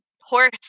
horse